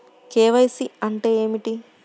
KYC అంటే ఏమిటి?